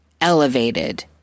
elevated